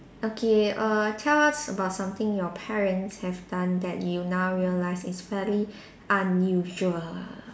okay err tell us about something that your parents have done that you now realise is very unusual